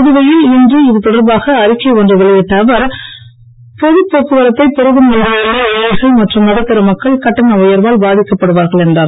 புதுவையில் இன்று இது தொடர்பாக அறிக்கை ஒன்றை வெளியிட்ட அவர் பொது போக்குவரத்தை பெரிதும் நம்பி உள்ள ஏழைகள் மற்றும் நடுத்தர மக்கள் கட்டண உயர்வால் பாதிக்கப்படுவார்கள் என்றார்